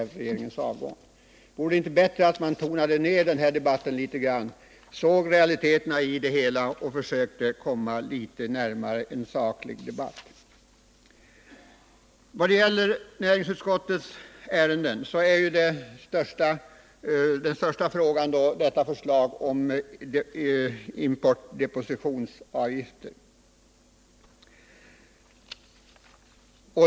Vore det inte bättre att tona ner den debatten litet, se till realiteterna och försöka komma litet närmare en saklig debatt? Bland näringsutskottets ärenden är det viktigaste förslaget det om importdepositionsavgifter.